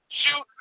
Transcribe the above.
shoot